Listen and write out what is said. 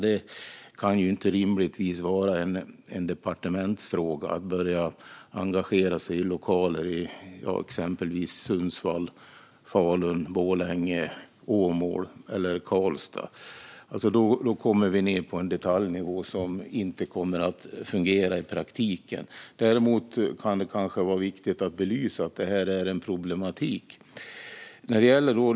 Det kan inte rimligtvis vara en departementsfråga att engagera sig i lokaler i exempelvis Sundsvall, Falun, Borlänge, Åmål eller Karlstad. Då kommer vi ned på en detaljnivå som inte kommer att fungera i praktiken. Däremot kan det kanske vara viktigt att belysa att det finns en problematik.